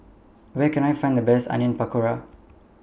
Where Can I Find The Best Onion Pakora